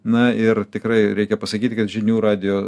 na ir tikrai reikia pasakyt kad žinių radijo